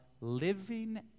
living